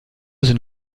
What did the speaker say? sind